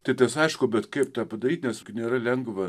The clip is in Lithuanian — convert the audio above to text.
tai tas aišku bet kaip tą padaryt nes nėra lengva